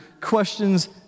questions